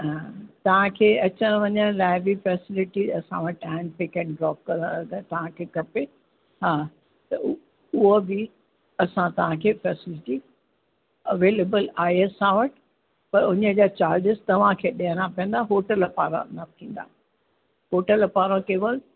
हा तव्हांखे अचण वञण लाइ बि फ़ेसिलिटी असां वटि आहिनि पिक एंड ड्रॉप करण लाइ तव्हांखे खपे हा त उहा बि असां तव्हांखे फ़ेसिलिटी अवेलेबल आहे असां वटि पर हुनजा चार्जिस तव्हांखे ॾियणा पवंदा होटल पारां न थींदा होटल पारां केवल